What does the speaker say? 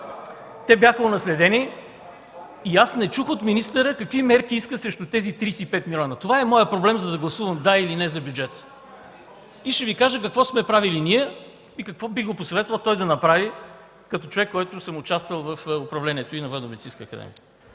Те бяха унаследени. Аз не чух от министъра какви мерки иска срещу тези 35 милиона. Това е моят проблем, за да гласуваме „да” или „не” за бюджета. И ще Ви кажа какво сме правили ние и какво бих го посъветвал той да направи като човек, който е участвал и в управлението на